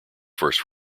first